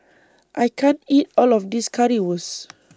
I can't eat All of This Currywurst